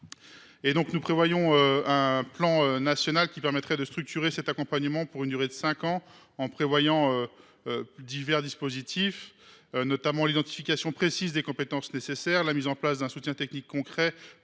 nous prévoyons un plan national permettant de structurer cet accompagnement pendant une durée de cinq ans en prévoyant divers dispositifs, notamment : l’identification précise des compétences nécessaires ; la mise en place d’un soutien technique concret